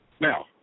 Now